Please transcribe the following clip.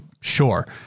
Sure